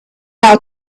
out